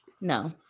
No